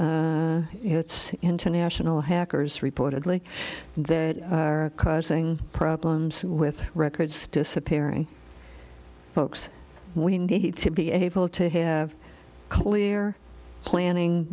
it's international hackers reportedly that are causing problems with records disappearing folks we need to be able to have clear planning